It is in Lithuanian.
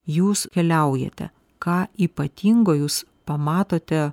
jūs keliaujate ką ypatingo jūs pamatote